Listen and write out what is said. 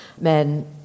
men